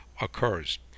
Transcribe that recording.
occurs